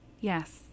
Yes